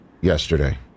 yesterday